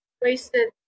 Wasted